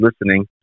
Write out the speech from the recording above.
listening